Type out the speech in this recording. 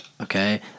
okay